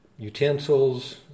utensils